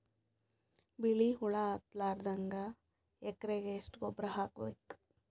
ಬಿಳಿ ಹುಳ ಹತ್ತಲಾರದಂಗ ಎಕರೆಗೆ ಎಷ್ಟು ಗೊಬ್ಬರ ಹಾಕ್ ಬೇಕು?